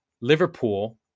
Liverpool